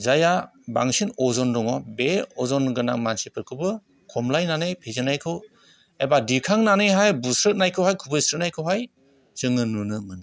जायहा बांसिन अजन दङ बे अजनगोनां मानसिफोरखौबो खमलायनानै फेजेननायखौ एबा दिखांनानैहाय बुसोनायखौहाय खुबैस्रोनायखौहाय जोङो नुनो मोनो